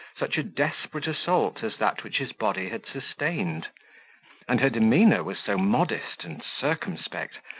such a desperate assault as that which his body had sustained and her demeanour was so modest and circumspect,